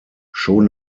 schon